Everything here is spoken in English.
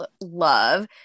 love